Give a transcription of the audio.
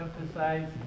emphasize